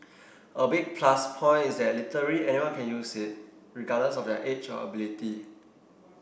a big plus point is that literally anyone can use it regardless of their age or ability